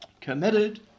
committed